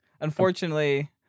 Unfortunately